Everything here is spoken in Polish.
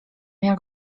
jak